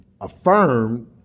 affirmed